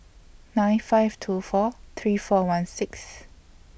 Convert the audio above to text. nine five two four three four one six